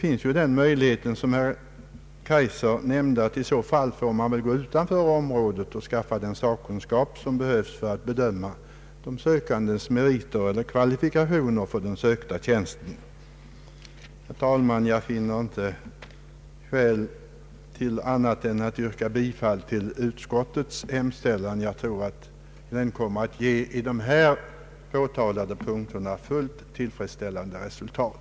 Men i så fall finns, som herr Kaijser nämnde, den möjligheten att man går utanför området och skaffar den sakkunskap som behövs för att bedöma de sökandes kvalifikationer för den sökta tjänsten. Herr talman! Jag finner inte skäl att yrka annat än bifall till utskottets hemställan. Jag tror att det på de berörda punkterna kommer att ge ett fullt tillfredsställande resultat.